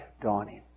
dawning